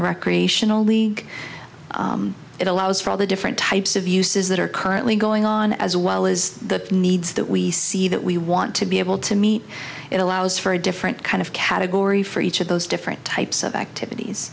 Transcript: a recreationally it allows for all the different types of uses that are currently going on as well as the needs that we see that we want to be able to meet it allows for a different kind of category for each of those different types of activities